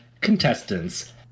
contestants